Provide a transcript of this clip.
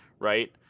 right